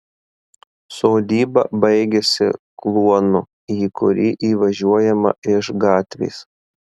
sodyba baigiasi kluonu į kurį įvažiuojama iš gatvės